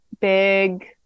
big